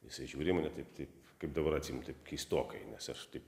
jisai žiūri į mane taip taip kaip dabar atsimenu taip keistokai nes aš taip